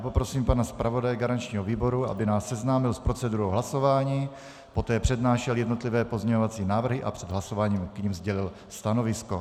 Poprosím pana zpravodaje garančního výboru, aby nás seznámil s procedurou hlasování, poté přednášel jednotlivé pozměňovací návrhy a před hlasováním k nim sdělil stanovisko.